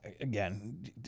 Again